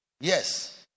Yes